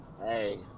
Hey